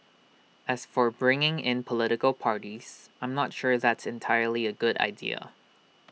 as for bringing in political parties I'm not sure that's entirely A good idea